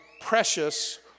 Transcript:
precious